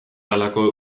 halako